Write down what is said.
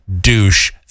douche